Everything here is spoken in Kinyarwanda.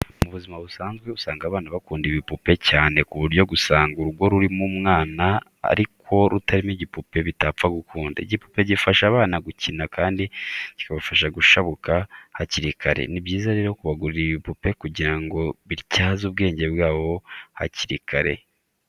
Mu buzima busanzwe usanga abana bakunda ibipupe cyane ku buryo gusanga urugo rurimo umwana ariko rutarimo igipupe bitapfa gukunda. Igipupe gifasha abana gukina kandi kikabafasha gushabuka bakiri batoya. Ni byiza rero kubagurira ibipupe kugira ngo batyaze ubwenge bwabo hakiri kare.